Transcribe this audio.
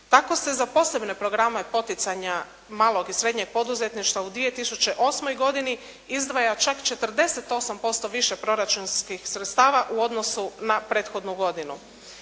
Tako se za posebne programe poticanja malog i srednjeg poduzetništva u 2008. godini izdvaja čak 48% više proračunskih sredstava u odnosu na prethodnu godinu.